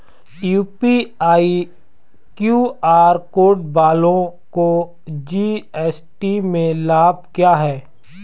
UPI QR code वालों को GST में लाभ क्या है?